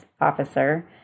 officer